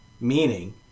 Meaning